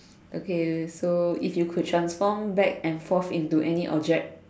okay so if you could transform back and forth into any object